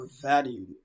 value